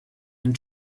and